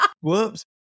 Whoops